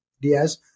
Diaz